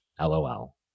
LOL